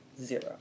zero